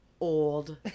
old